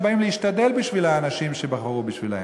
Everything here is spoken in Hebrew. שבאים להשתדל בשביל האנשים שבחרו בהם.